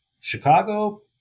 Chicago